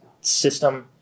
system